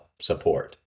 support